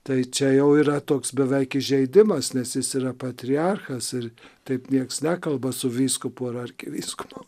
tai čia jau yra toks beveik įžeidimas nes jis yra patriarchas ir taip nieks nekalba su vyskupu ar arkivyskupu